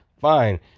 fine